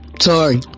sorry